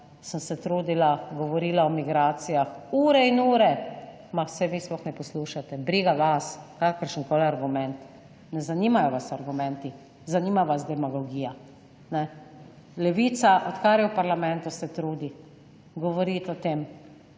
sem se trudila, govorila o migracijah, ure in ure, ma saj vi sploh ne poslušate, briga vas kakršenkoli argument, ne zanimajo vas argumenti, zanima vas demagogija, ne. Levica, odkar je v parlamentu, se trudi govoriti o tem.